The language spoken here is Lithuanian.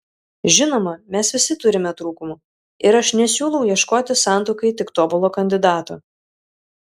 žinoma mes visi turime trūkumų ir aš nesiūlau ieškoti santuokai tik tobulo kandidato